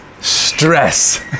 stress